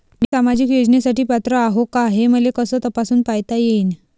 मी सामाजिक योजनेसाठी पात्र आहो का, हे मले कस तपासून पायता येईन?